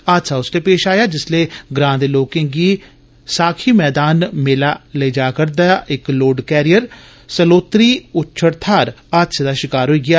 हादसा उसलै पेष आए जिसलै ग्रां दे लोकें गी साखी मैदान मेला ले जा'रदा इक लोड कैरियर ँसवजंतप उच्छड़ थाहर हादसे दा षिकार होई गेआ